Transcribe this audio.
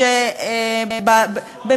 כתוב, יגייסו 400 עובדים.